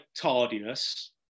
tardiness